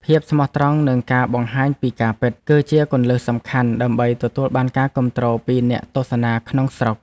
ភាពស្មោះត្រង់និងការបង្ហាញពីការពិត គឺជាគន្លឹះសំខាន់ដើម្បីទទួលបានការគាំទ្រពីអ្នកទស្សនាក្នុងស្រុក។